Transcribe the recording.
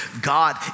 God